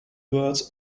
words